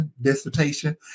dissertation